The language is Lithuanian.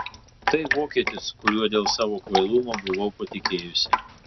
tai vokietis kuriuo dėl savo kvailumo buvau patikėjusi